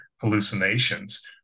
hallucinations